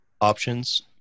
options